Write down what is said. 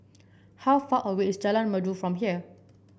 how far away is Jalan Merdu from here